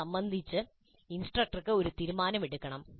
ഇത് സംബന്ധിച്ച് ഇൻസ്ട്രക്ടർ ഒരു തീരുമാനം എടുക്കണം